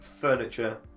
furniture